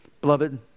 Beloved